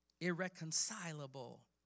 irreconcilable